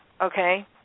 okay